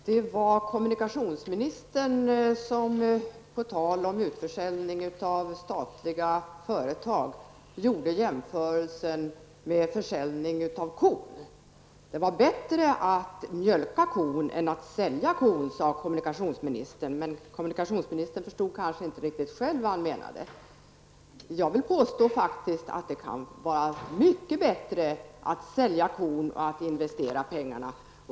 Herr talman! På tal om utförsäljning av statliga företag gjorde kommunikationsministern jämförelsen med försäljning av kon. Det var bättre att mjölka kon än att sälja den, sade kommunikationsministern, men kommunikationsministern förstod kanske inte riktigt själv vad han menade. Jag vill påstå att det kan vara mycket bättre att sälja kon och investera pengarna.